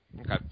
Okay